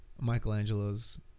Michelangelo's